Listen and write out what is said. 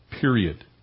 Period